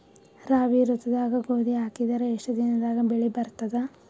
ರಾಬಿ ಋತುದಾಗ ಗೋಧಿ ಹಾಕಿದರ ಎಷ್ಟ ದಿನದಾಗ ಬೆಳಿ ಬರತದ?